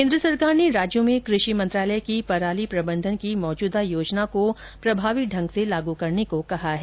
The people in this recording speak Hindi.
केन्द्र सरकार ने राज्यों में कृषि मंत्रालय की पराली प्रबंधन की मौजूदा योजना को प्रभावी ढंग से लागू करने को कहा है